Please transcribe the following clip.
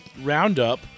roundup